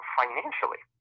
financially